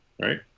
right